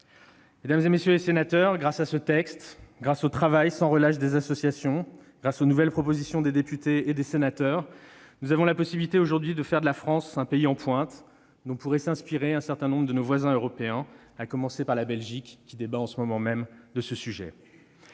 Mesdames, messieurs les sénateurs, grâce à ce texte, grâce au travail sans relâche des associations et grâce aux nouvelles propositions des députés et des sénateurs, nous avons aujourd'hui la possibilité de faire de la France un pays en pointe, dont pourraient s'inspirer certains de nos voisins européens, à commencer par la Belgique, qui débat de ce sujet en ce moment